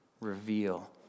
reveal